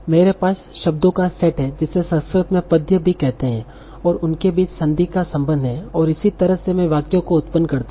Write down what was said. मेरे पास शब्दों का सेट है जिसे संस्कृत में पद्य भी कहते हैं और उनके बीच संदी का संबंध है और इस तरह से मैं वाक्य को उत्पन्न करता हूं